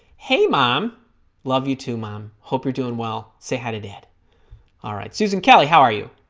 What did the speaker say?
hey mom love you too mom hope you're doing well say hi to dad all right susan kelly how are you